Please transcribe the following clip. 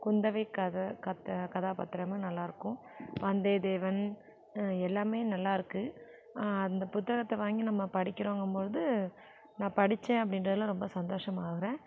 குந்தவை கதை கதாபாத்திரமும் நல்லாருக்கும் வந்தே தேவன் எல்லாமே நல்லாருக்கு நல்லா இருக்கு அந்த புத்தகத்தை வாங்கி நம்ம படிக்கிறோங்கும் போது நான் படிச்சேன் அப்படின்றதுல ரொம்ப சந்தோஷமாகுறேன்